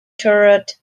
turret